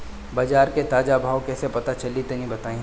बाजार के ताजा भाव कैसे पता चली तनी बताई?